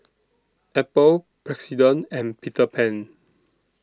Apple President and Peter Pan